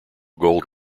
gold